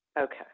Okay